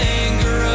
anger